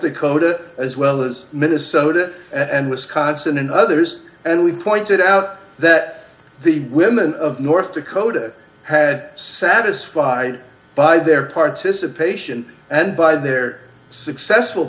dakota as well as minnesota and wisconsin and others and we pointed out that the women of north dakota had satisfied by their participation and by their successful